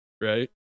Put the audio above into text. right